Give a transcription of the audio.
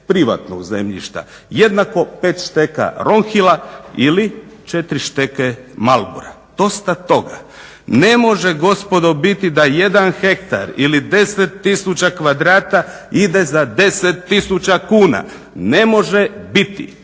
privatnog zemljišta jednako 5 šteka ronhila ili 4 šteke Marlbora. Dosta toga. Ne može gospodo biti da 1 ha ili 10000 kvadrata ide za 10000 kuna. Ne može biti!